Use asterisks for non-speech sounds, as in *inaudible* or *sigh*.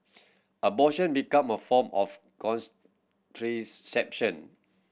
abortion become a form of *unintelligible*